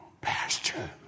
Pastor